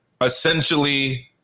essentially